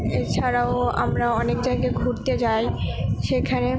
এছাড়াও আমরা অনেক জায়গা ঘুরতে যাই সেখানে